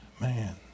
man